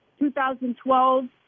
2012